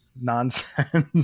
nonsense